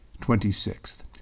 Twenty-sixth